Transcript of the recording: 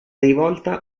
rivolta